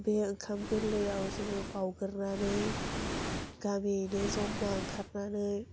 बे ओंखाम गोरलैयाव जोङो बाउगोरनानै गामियैनो ज'मा ओंखारनानै